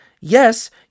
Yes